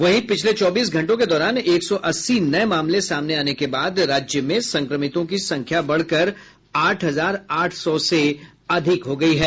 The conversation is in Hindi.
वहीं पिछले चौबीस घंटों के दौरान एक सौ अस्सी नये मामले सामने आने के बाद राज्य में संक्रमितों की संख्या बढ़कर आठ हजार आठ सौ से अधिक हो गई है